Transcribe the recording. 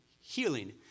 healing